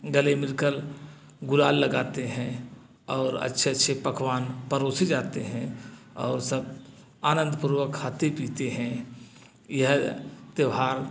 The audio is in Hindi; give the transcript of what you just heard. गले मिलकर गुलाल लगाते हैं और अच्छे अच्छे पकवान परोसे जाते हैं और सब आनंदपूर्वक खाते पीते हैं यह त्यौहार